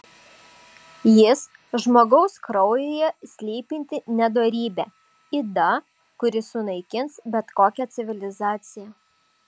jis žmogaus kraujyje slypinti nedorybė yda kuri sunaikins bet kokią civilizaciją